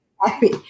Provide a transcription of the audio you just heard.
happy